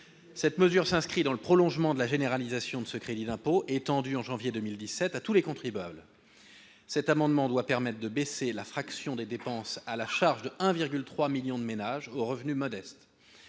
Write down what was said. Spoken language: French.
Cette mesure s'inscrit dans le prolongement de la généralisation de ce crédit d'impôt, étendu en janvier 2017 à tous les contribuables. Cet amendement, s'il est voté, permettra de baisser la fraction des dépenses à la charge de 1,3 million de ménages aux revenus modestes.